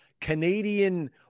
canadian